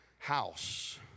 house